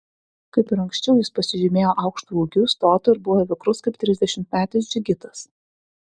kaip ir anksčiau jis pasižymėjo aukštu ūgiu stotu ir buvo vikrus kaip trisdešimtmetis džigitas